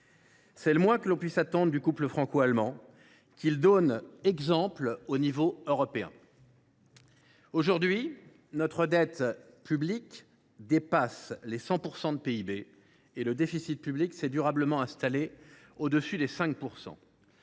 C’est le moins que l’on puisse attendre du couple franco allemand : qu’il donne l’exemple au niveau européen. Aujourd’hui, notre dette publique dépasse les 100 % du PIB et le déficit public s’est durablement installé au dessus de 5 %.